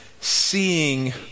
seeing